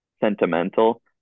sentimental